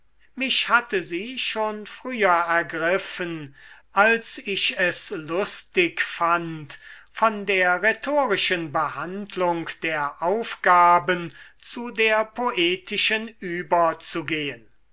mich hatte sie schon früher ergriffen als ich es lustig fand von der rhetorischen behandlung der aufgaben zu der poetischen überzugehen